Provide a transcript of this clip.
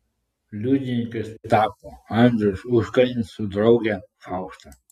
liudininkais tapo andrius užkalnis su drauge fausta